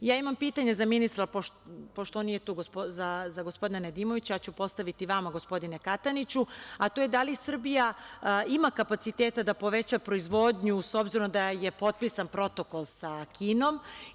Imam pitanje za ministra Nedimovića, a pošto on nije tu, ja ću postaviti vama, gospodine Kataniću, a to je - da li Srbija ima kapaciteta da poveća proizvodnju, s obzirom da je potpisan protokol sa Kinom?